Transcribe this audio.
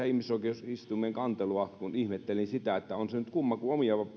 ihmisoikeusistuimeen kantelua kun ihmettelin sitä että on se nyt kumma kun omia